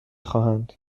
خواهند